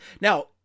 now